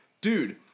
dude